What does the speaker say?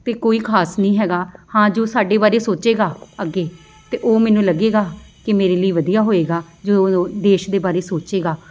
ਅਤੇ ਕੋਈ ਖਾਸ ਨਹੀਂ ਹੈਗਾ ਹਾਂ ਜੋ ਸਾਡੇ ਬਾਰੇ ਸੋਚੇਗਾ ਅੱਗੇ ਅਤੇ ਉਹ ਮੈਨੂੰ ਲੱਗੇਗਾ ਕਿ ਮੇਰੇ ਲਈ ਵਧੀਆ ਹੋਏਗਾ ਜੋ ਦੇਸ਼ ਦੇ ਬਾਰੇ ਸੋਚੇਗਾ